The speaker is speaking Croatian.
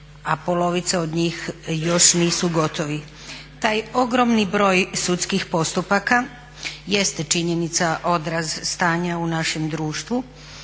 a polovica od njih još nisu gotovi. Taj ogromni broj sudskih postupaka jeste činjenica odraz stanja u našem društvu